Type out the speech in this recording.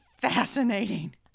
fascinating